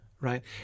Right